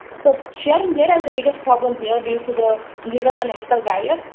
so sharing data is the biggest problem here, due to the legal and ethical barrier.